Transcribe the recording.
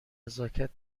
نزاکت